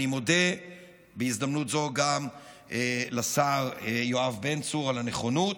אני מודה בהזדמנות זו גם לשר יואב בן צור על הנכונות,